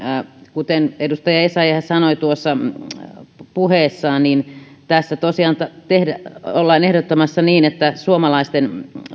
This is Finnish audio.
kuten edustaja essayah sanoi puheessaan tässä tosiaan ollaan ehdottamassa niin että suomalaisten